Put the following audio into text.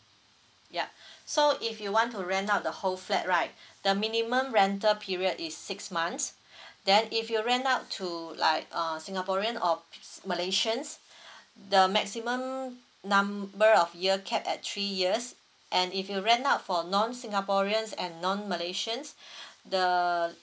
yup so if you want to rent out the whole flat right the minimum rental period is six months then if you rent out to like uh singaporean or malaysians the maximum number of year capped at three years and if you rent out for non singaporeans and non malaysians the